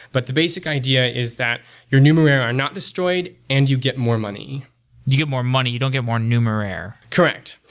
but the basic idea is that your numerair are not destroyed, and you get more money you get more money, you don't get more numerair correct.